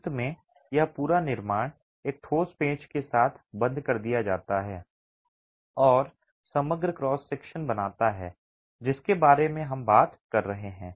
अंत में यह पूरा निर्माण एक ठोस पेंच के साथ बंद कर दिया जाता है और समग्र क्रॉस सेक्शन बनाता है जिसके बारे में हम बात कर रहे हैं